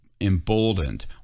emboldened